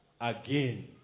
again